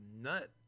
nut